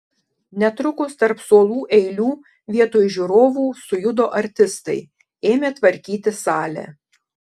netrukus tarp suolų eilių vietoj žiūrovų sujudo artistai ėmė tvarkyti salę